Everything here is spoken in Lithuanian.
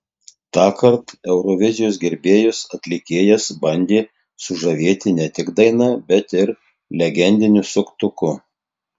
tąkart eurovizijos gerbėjus atlikėjas bandė sužavėti ne tik daina bet ir legendiniu suktuku